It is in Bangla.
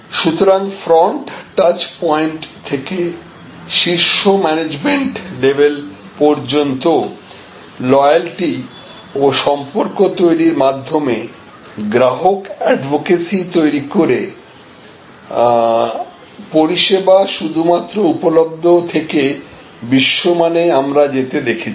সুতরাং ফ্রন্ট টাচ পয়েন্ট থেকে শীর্ষ ম্যানেজমেন্ট লেভেল পর্যন্ত লয়ালটি ও সম্পর্ক তৈরির মাধ্যমে গ্রাহক এডভোকেসি তৈরি করেপরিষেবা শুধুমাত্র উপলব্ধ থেকে বিশ্বমানে আমরা যেতে দেখেছি